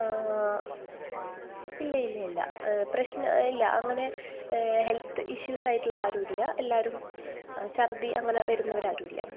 ഇല്ല ഇല്ല ഇല്ല ഇല്ല പ്രശ്നം ഇല്ല അങ്ങനെ ഹെൽത്ത് ഇഷ്യൂസായിട്ടുള്ള ആരും ഇല്ല എല്ലാവരും ഛർദ്ദി അങ്ങനെ വരുന്നവർ ആരുമില്ല